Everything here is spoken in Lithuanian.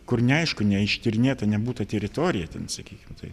kur neaišku neištyrinėta nebūta teritorija ten sakykim tai